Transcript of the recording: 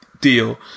deal